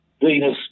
Venus